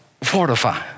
fortify